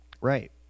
Right